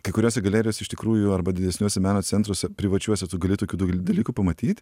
kai kuriose galerijose iš tikrųjų arba didesniuose meno centruose privačiuose tu gali tokių dalykų pamatyt